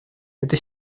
это